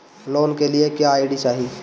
Loan के लिए क्या आई.डी चाही?